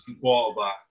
quarterback